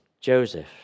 Joseph